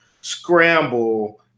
scramble –